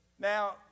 Now